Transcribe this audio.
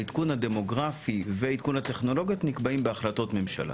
העדכון הדמוגרפי ועדכון הטכנולוגיות נקבעים בהחלטות ממשלה.